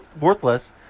worthless